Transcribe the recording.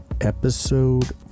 episode